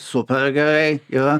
super gerai yra